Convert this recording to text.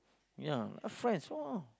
ya a friends !wah!